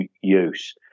use